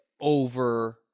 over-